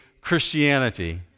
Christianity